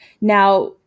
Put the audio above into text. now